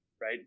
right